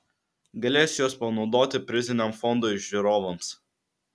galės juos panaudoti priziniam fondui žiūrovams